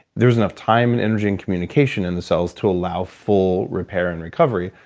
there isn't enough time, and energy and communication in the cells to allow full repair and recovery,